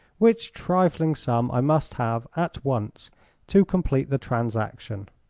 which trifling sum i must have at once to complete the transaction,